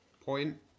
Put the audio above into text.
point